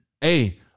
Hey